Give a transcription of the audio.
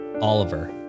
Oliver